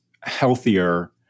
healthier